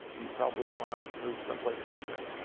you probably want to move some place nicer.